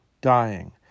dying